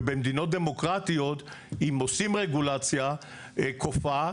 ובמדינות דמוקרטיות אם עושים רגולציה כופה,